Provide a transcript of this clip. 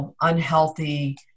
unhealthy